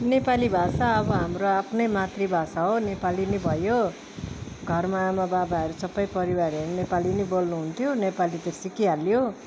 नेपाली भाषा अब हाम्रो आफ्नै मातृ भाषा हो नेपाली नै भयो घरमा आमा बाबाहरू सबै परिवारहरू नेपाली नै बोल्नु हुन्थ्यो नेपाली त सिकिहालियो